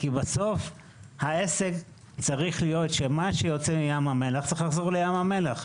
כי בסוף העסק צריך להיות שמה שיוצא מים המלח צריך לחזור לים המלח,